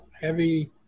heavy